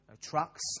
trucks